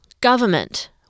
government